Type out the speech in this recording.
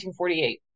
1948